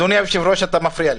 אדוני היושב-ראש, אתה מפריע לי.